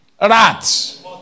Rats